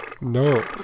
No